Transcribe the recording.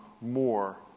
more